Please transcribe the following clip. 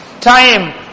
time